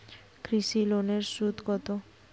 কৃষি লোনের সুদ কত?